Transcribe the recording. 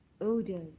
odors